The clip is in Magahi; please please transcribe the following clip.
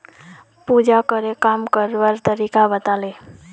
पूजाकरे काम करवार तरीका बताले